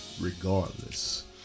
regardless